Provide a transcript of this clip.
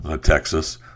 Texas